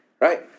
right